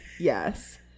Yes